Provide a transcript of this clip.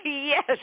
Yes